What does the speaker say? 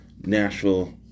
Nashville